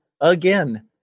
again